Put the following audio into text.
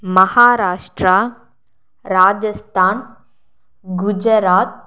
Maharashtra Rajasthan Gujarat